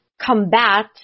combat